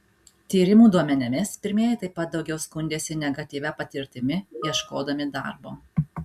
tyrimų duomenimis pirmieji taip pat daugiau skundėsi negatyvia patirtimi ieškodami darbo